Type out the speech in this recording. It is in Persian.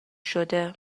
شده